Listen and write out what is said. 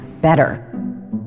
better